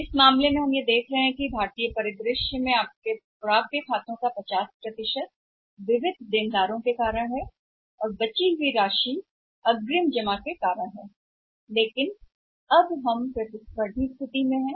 तो इस मामले में हम यह देख रहे हैं कि भारतीय परिदृश्य में आपके 50 खाते प्राप्य हैं कुछ ऋणी शेष के कारण कुछ राशि उन्नत जमा के कारण है लेकिन अब हम एक प्रतिस्पर्धी स्थिति में हैं